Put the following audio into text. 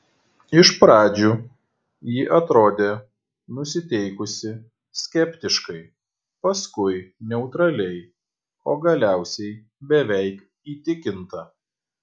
iš pradžių ji atrodė nusiteikusi skeptiškai paskui neutraliai o galiausiai beveik įtikinta